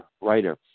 writer